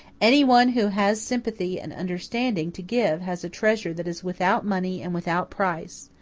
anyone who has sympathy and understanding to give has a treasure that is without money and without price.